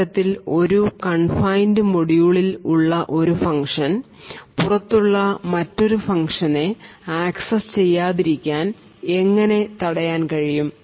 ഇത്തരത്തിൽ ഒരു കൺഫൈൻഡ് മോഡ്യൂളിൽ ഉള്ള ഒരു ഫംഗ്ഷൻ പുറത്തുള്ള മറ്റൊരു ഫങ്ക്ഷനെ ആക്സസ് ചെയ്യാതെ ഇരിക്കാൻ എങ്ങനെ എങ്ങനെ തടയാൻ കഴിയും